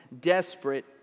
desperate